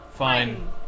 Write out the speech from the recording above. fine